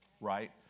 right